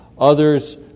Others